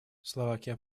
словакия